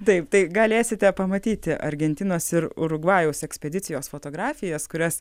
taip tai galėsite pamatyti argentinos ir urugvajaus ekspedicijos fotografijas kurias